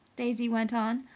daisy went on.